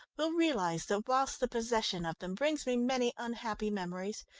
will realise that whilst the possession of them brings me many unhappy memories,